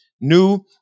new